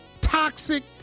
toxic